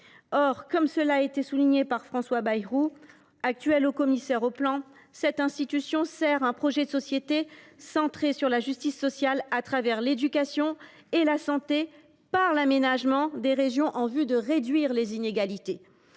Or, comme cela a été souligné par François Bayrou, actuel haut commissaire au plan et à la prospective, cette institution doit servir un « projet de société » centré sur la justice sociale au travers de l’éducation et de la santé par l’aménagement des régions en vue de réduire les inégalités.